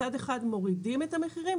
מצד אחד מורידים את המחירים,